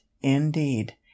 indeed